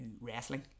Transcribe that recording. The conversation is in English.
wrestling